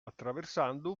attraversando